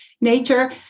nature